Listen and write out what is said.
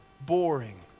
boring